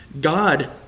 God